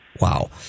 Wow